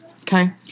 Okay